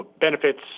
benefits